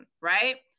Right